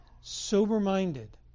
sober-minded